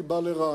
אני בא לרעננה,